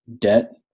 debt